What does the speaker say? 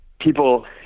people